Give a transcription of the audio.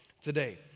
today